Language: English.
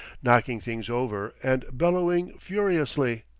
knocking things over and bellowing furiously.